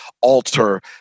alter